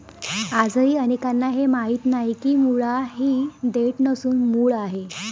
आजही अनेकांना हे माहीत नाही की मुळा ही देठ नसून मूळ आहे